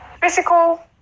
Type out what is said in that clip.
physical